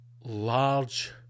large